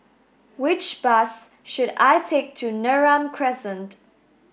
which bus should I take to Neram Crescent